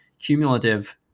cumulative